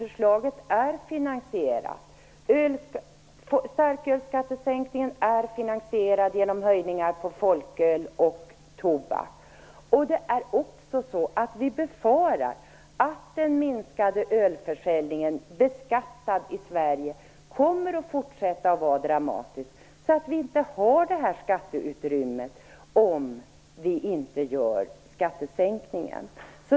Förslaget är finansierat. Starkölsskattesänkningen är finansierad genom höjningar av skatten på folköl och tobak. Vi befarar att minskningen av ölförsäljningen kommer att vara fortsatt dramatisk. Då får vi inte detta skatteutrymme, om vi inte genomför skattesänkningar.